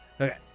Okay